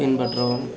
பின்பற்றவும்